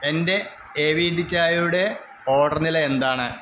എന്റെ A V T ചായയുടെ order നില എന്താണ്